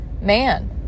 man